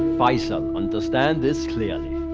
faizal, understand this clearly.